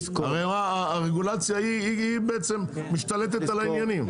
הרגולציה, היא בעצם משתלטת על העניינים.